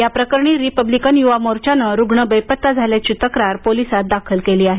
या प्रकरणी रिपब्लिकन य्वा मोर्चाने रुग्ण बेपत्ता झाल्याची तक्रार पोलिसात दाखल केली आहे